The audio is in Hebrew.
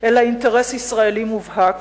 אלא אינטרס ישראלי מובהק,